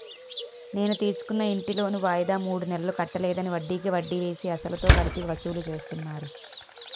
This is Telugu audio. నేను తీసుకున్న ఇంటి లోను వాయిదా మూడు నెలలు కట్టలేదని, వడ్డికి వడ్డీ వేసి, అసలుతో కలిపి వసూలు చేస్తున్నారు